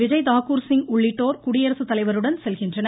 விஜய் தாக்கூர் சிங் உள்ளிட்டோர் குடியரசுத் தலைவருடன் செல்கின்றனர்